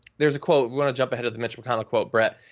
there's a quote we're gonna jump ahead of the mitch mcconnell quote brett,